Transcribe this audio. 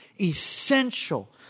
essential